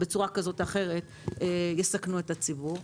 בצורה כזאת או אחרת יסכנו את הציבור.